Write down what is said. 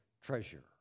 treasure